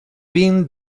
been